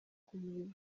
umurimo